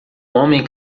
homem